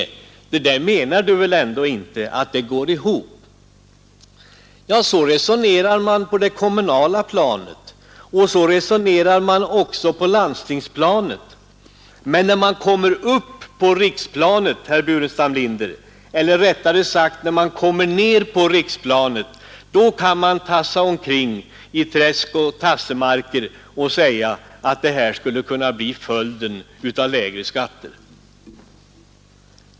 Du menar väl ändå inte att det där går ihop?” Så resonerar man på det kommunala planet, och så resonerar man också på landstingsplanet. Men när man kommer upp på riksplanet, herr Burenstam Linder — eller rättare sagt, när man kommer ner på riksplanet — kan Ni tassa omkring i träsk och tassemarker och påstå att en inkomstökning för staten skulle kunna bli följden av lägre skatter.